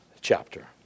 chapter